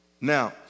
Now